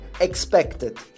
expected